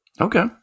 Okay